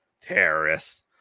Terrorists